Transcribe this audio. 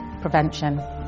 prevention